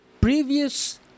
previous